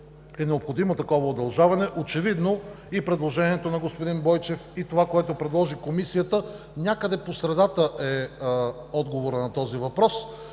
е необходимо такова удължаване очевидно и предложението на господин Бойчев и това, което предложи Комисията някъде по средата е отговорът на този въпрос.